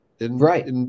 Right